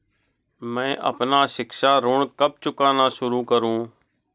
मैं अपना शिक्षा ऋण कब चुकाना शुरू करूँ?